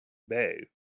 bay